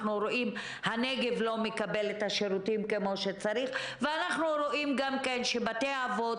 הנגב לא מקבל את השירותים כמו שצריך; ואנחנו רואים גם שבתי האבות,